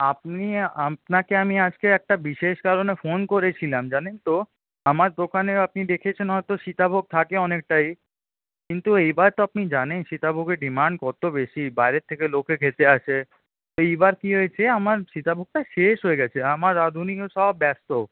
আপনি আপনাকে আমি আজকে একটা বিশেষ কারণে ফোন করেছিলাম জানেন তো আমার দোকানেও আপনি দেখেছেন হয়তো সীতাভোগ থাকে অনেকটাই কিন্তু এবার তো আপনি জানেন সীতাভোগের ডিমান্ড কত বেশি বাইরের থেকে লোকে খেতে আসে তো এইবার কী হয়েছে আমার সীতাভোগটা শেষ হয়ে গেছে আমার রাঁধুনিও সব ব্যস্ত